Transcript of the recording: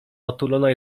otulona